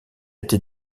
été